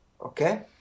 okay